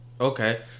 Okay